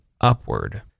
upward